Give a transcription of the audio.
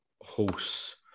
horse